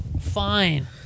fine